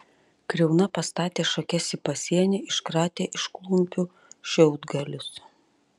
kriauna pastatė šakes į pasienį iškratė iš klumpių šiaudgalius